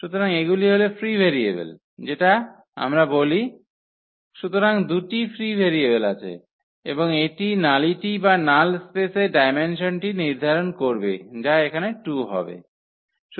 সুতরাং এগুলি হল ফ্রি ভেরিয়েবল যেটা আমরা বলি সুতরাং দুটি ফ্রি ভেরিয়েবল আছে এবং এটি নালিটি বা নাল স্পেসের ডায়মেনসনটি নির্ধারণ করবে যা এখানে 2 হবে